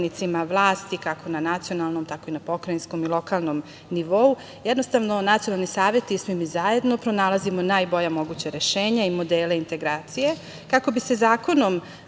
i na pokrajinskom i lokalnom nivou, jednostavno nacionalni saveti i svi mi zajedno pronalazimo najbolja moguća rešenja i modele integracije kako bi se zakonom